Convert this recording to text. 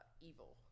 evil